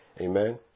Amen